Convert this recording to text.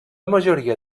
majoria